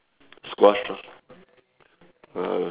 squash ah !wow!